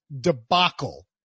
debacle